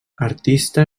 artista